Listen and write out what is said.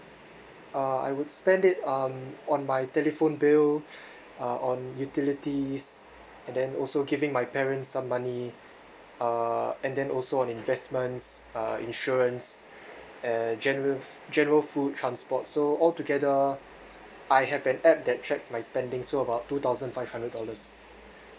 uh I would spend it um on my telephone bill uh on utilities and then also giving my parents some money uh and then also on investments uh insurance and general f~ general food transport so altogether I have an app that tracks my spending so about two thousand five hundred dollars